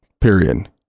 period